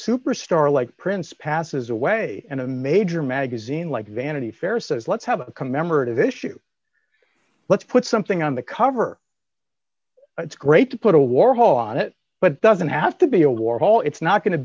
superstar like prince passes away and a major magazine like vanity fair says let's have a commemorative issue let's put something on the cover it's great to put a warhol on it but it doesn't have to be a warhol it's not going to